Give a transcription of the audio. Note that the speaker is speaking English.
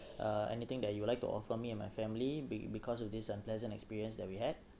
uh anything that you would like to offer me and my family be~ because of this unpleasant experience that we had